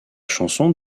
chanson